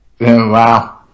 wow